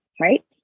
right